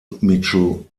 mitchell